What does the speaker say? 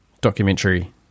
documentary